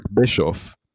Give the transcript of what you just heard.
bischoff